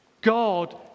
God